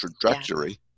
trajectory